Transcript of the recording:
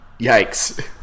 yikes